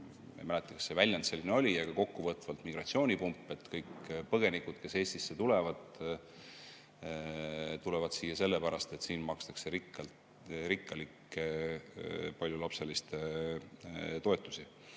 mäleta, mis väljend see oli, aga kokkuvõtvalt – migratsioonipump, et kõik põgenikud, kes Eestisse tulevad, saabuvad siia sellepärast, et siin makstakse rikkalikke paljulapseliste toetusi.